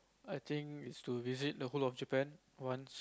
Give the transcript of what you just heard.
I think it's to visit the whole of Japan once